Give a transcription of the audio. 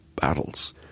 battles